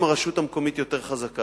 אם הרשות המקומית יותר חזקה,